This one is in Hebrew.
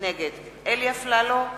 נגד אלי אפללו,